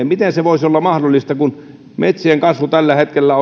miten se voisi olla mahdollista kun valtakunnan metsien kasvu on tällä hetkellä